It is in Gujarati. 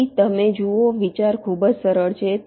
તેથી તમે જુઓ વિચાર ખૂબ જ સરળ છે